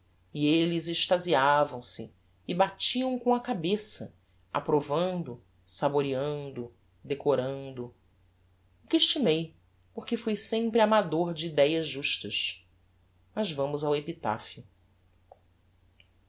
e elles extasiavam se e batiam com a cabeça approvando saboreando decorando o que estimei porque fui sempre amador de idéas justas mas vamos ao epitaphio